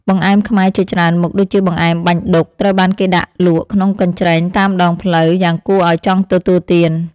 បង្អែមខ្មែរជាច្រើនមុខដូចជាបង្អែមបាញ់ឌុកត្រូវបានគេដាក់លក់ក្នុងកញ្ច្រែងតាមដងផ្លូវយ៉ាងគួរឱ្យចង់ទទួលទាន។